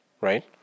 right